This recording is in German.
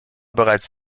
bereits